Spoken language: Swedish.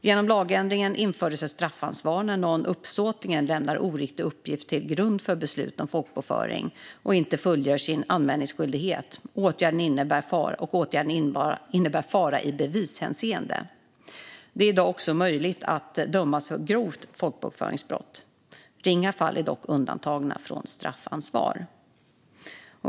Genom lagändringen infördes ett straffansvar när någon uppsåtligen lämnar oriktig uppgift till grund för beslut om folkbokföring eller inte fullgör sin anmälningsskyldighet och åtgärden innebär fara i bevishänseende. Det är i dag också möjligt att dömas för grovt folkbokföringsbrott. Ringa fall är dock undantagna från straffansvar.